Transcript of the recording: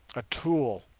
a tool,